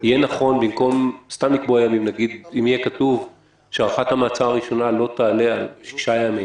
אם יהיה כתוב שהארכת המעצר הראשונה לא תעלה על שישה ימים?